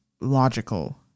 logical